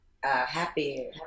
happy